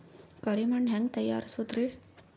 ಕರಿ ಮಣ್ ಹೆಂಗ್ ತಯಾರಸೋದರಿ?